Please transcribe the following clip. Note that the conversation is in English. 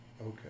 Okay